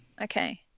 Okay